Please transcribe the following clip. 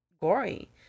gory